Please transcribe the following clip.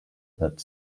that